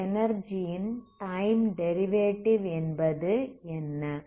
இந்த எனர்ஜி ன் time derivative என்பது என்ன